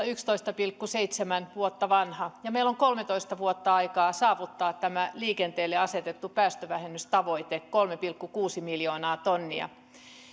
yksitoista pilkku seitsemän vuotta vanha vuonna kaksituhattaviisitoista ja meillä on kolmetoista vuotta aikaa saavuttaa tämä liikenteelle asetettu päästövähennystavoite kolme pilkku kuusi miljoonaa tonnia